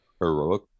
heroic